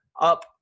up